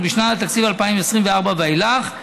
ובשנת התקציב 2024 ואילך,